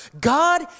God